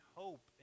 hope